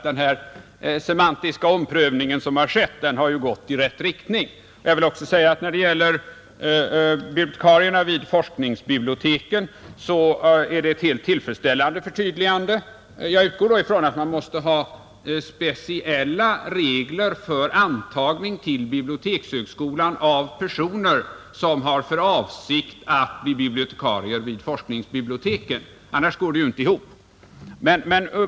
Den semantiska omprövning som skett har gått i rätt riktning. Jag vill också säga att när det gäller bibliotekarier vid forskningsbibliotek, är det ett helt tillfredsställande förtydligande. Jag utgår då från att man måste ha speciella regler för antagning till bibliotekshögskolan av personer som har för avsikt att bli bibliotekarier vid forskningsbibliotek. Annars går det inte ihop.